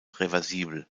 reversibel